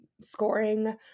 scoring